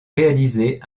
réalisé